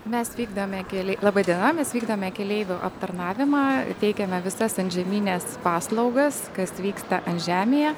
mes vykdome keli laba diena mes vykdome keleivių aptarnavimą teikiame visas antžemines paslaugas kas vyksta ant žemėje